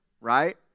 right